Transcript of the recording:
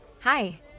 Hi